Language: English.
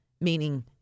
meaning